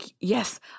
yes